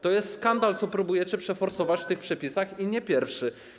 To jest skandal, co próbujecie przeforsować w tych przepisach, i nie pierwszy.